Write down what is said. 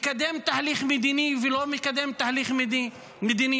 מקדם תהליך מדיני ולא מקדם תהליך מדיני,